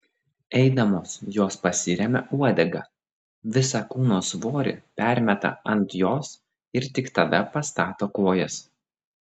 eidamos jos pasiremia uodega visą kūno svorį permeta ant jos ir tik tada pastato kojas